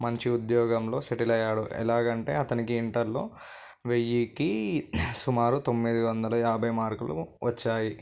మంచి ఉద్యోగంలో సెటిల్ అయ్యాడు ఎలాగంటే అతనికి ఇంటర్లో వెయ్యికి సుమారు తొమ్మిది వందల యాభై మార్కులు వచ్చాయి